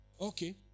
Okay